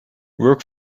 work